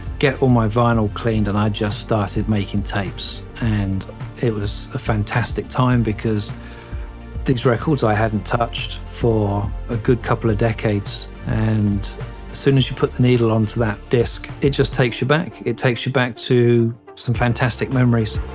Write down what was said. get all my vinyl cleaned, and i just started making tapes. and it was a fantastic time because these records i hadn't touched for a good couple of decades. as and soon as you put the needle on to that disc, it just takes you back. it takes you back to some fantastic memories